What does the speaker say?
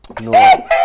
no